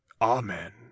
Amen